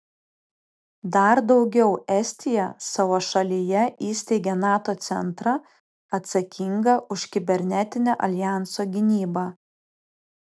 dar daugiau estija savo šalyje įsteigė nato centrą atsakingą už kibernetinę aljanso gynybą